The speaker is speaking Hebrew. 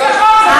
איזה חוק?